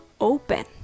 open